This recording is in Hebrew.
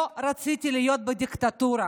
לא רציתי להיות בדיקטטורה